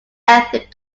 ethnic